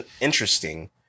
interesting